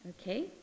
okay